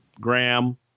Graham